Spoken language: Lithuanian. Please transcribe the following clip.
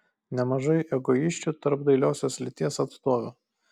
nemažai egoisčių tarp dailiosios lyties atstovių